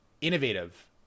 innovative